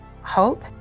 hope